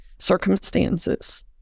Circumstances